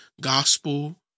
gospel